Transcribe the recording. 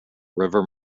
river